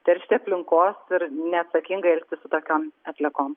teršti aplinkos ir neatsakingai elgtis su tokiom atliekom